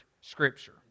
Scripture